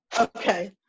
Okay